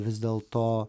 vis dėlto